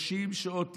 30 שעות טיסה.